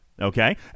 Okay